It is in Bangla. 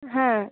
হ্যাঁ